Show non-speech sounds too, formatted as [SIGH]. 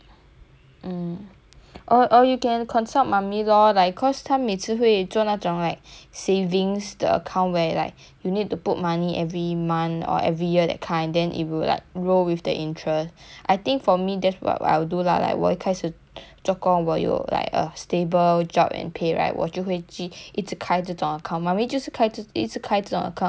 or or you can consult mummy lor like cause 她每次会做那种 like savings 的 account where like you need to put money every month or every year that kind then it will like roll with the interest I think for me that's what I will do lah like 我一开始 [BREATH] 做工我有 like a stable job and pay right 我就会记一致开这种 account mummy 就是开之一直开这种 account and that's why she got a lot of money eh